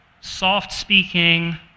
soft-speaking